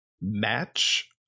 Match